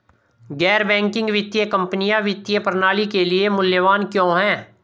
गैर बैंकिंग वित्तीय कंपनियाँ वित्तीय प्रणाली के लिए मूल्यवान क्यों हैं?